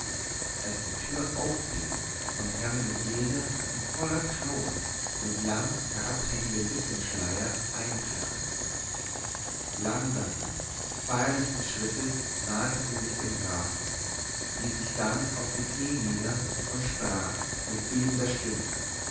als die tür aufging und hermenegilda in voller trauer mit lang herabhängendem witwenschleier eintrat langsamen feierlichen schrittes nahte sie sich dem grafen ließ sich dann auf die knie nieder und sprach mit bebender stimme